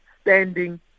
standing